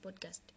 podcast